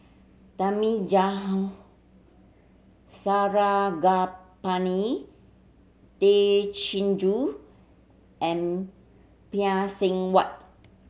Sarangapani Tay Chin Joo and Phay Seng Whatt